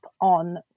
on